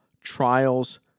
trials